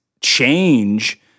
change